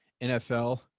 NFL